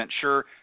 sure